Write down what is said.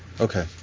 Okay